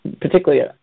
particularly